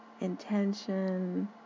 intention